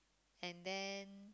and then